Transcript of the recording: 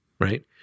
right